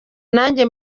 nanjye